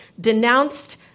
denounced